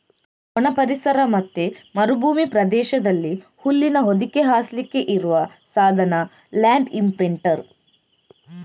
ಒಣ ಪರಿಸರ ಮತ್ತೆ ಮರುಭೂಮಿ ಪ್ರದೇಶದಲ್ಲಿ ಹುಲ್ಲಿನ ಹೊದಿಕೆ ಹಾಸ್ಲಿಕ್ಕೆ ಇರುವ ಸಾಧನ ಲ್ಯಾಂಡ್ ಇಂಪ್ರಿಂಟರ್